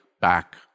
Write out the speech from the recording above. back